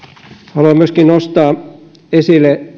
haluan nostaa esille